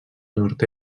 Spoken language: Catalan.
nord